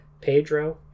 Pedro